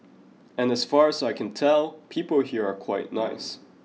and as far as I can tell people here are quite nice